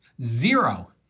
Zero